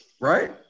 right